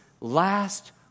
last